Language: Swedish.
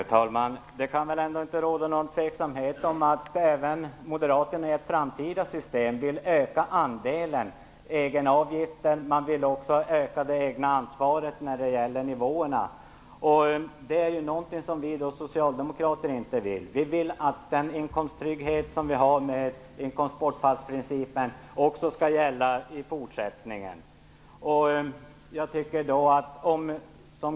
Herr talman! Det kan väl inte råda något tvivel om att även moderaterna i ett framtida system vill öka andelen egenavgifter. Man vill också öka det egna ansvaret när det gäller nivåerna. Detta är någonting som vi socialdemokrater inte vill ställa oss bakom. Vi vill att den trygghet som finns i inkomstbortfallsprincipen skall gälla också i fortsättningen.